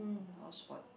not all spoiled